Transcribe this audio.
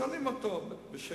שואלים אותו בשאלון: